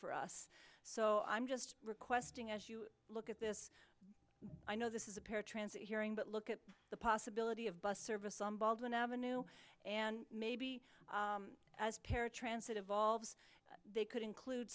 for us so i'm just requesting as you look at this i know this is a paratransit hearing but look at the possibility of bus service on baldwin avenue and maybe as care transit evolves they could include